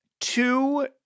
two